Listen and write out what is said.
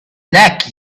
neck